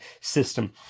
system